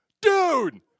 Dude